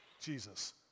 Jesus